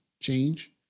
change